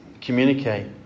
communicate